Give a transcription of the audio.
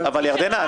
ירדנה,